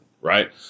right